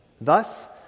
Thus